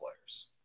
players